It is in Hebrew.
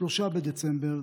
3 בדצמבר,